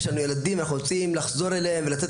יש לנו ילדים ואנחנו רוצים לחזור אליהם ולתת